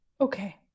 okay